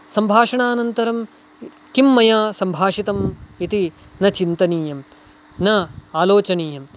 सम्भाषणानन्तरं किं मया सम्भाषितमिति न चिन्तनीयम् न आलोचनीयम्